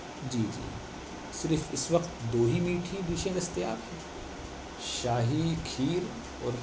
جی جی صرف اس وقت دو ہی میٹھی ڈشیں دستیاب ہیں شاہی کھیر اور